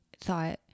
thought